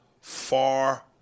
far